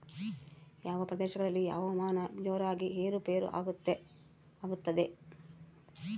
ಯಾವ ಪ್ರದೇಶಗಳಲ್ಲಿ ಹವಾಮಾನ ಜೋರಾಗಿ ಏರು ಪೇರು ಆಗ್ತದೆ?